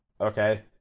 okay